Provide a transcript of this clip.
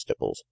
Stipples